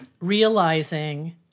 realizing